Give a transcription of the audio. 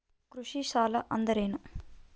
ಕೃಷಿ ಸಾಲ ಅಂದರೇನು?